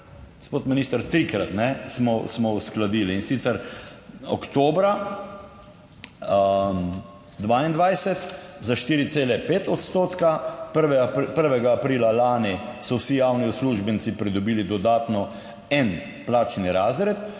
gospod minister trikrat smo, smo uskladili. In sicer oktobra 2022 za 4,5 odstotka, 1. 1. aprila lani so vsi javni uslužbenci pridobili dodatno en plačni razred,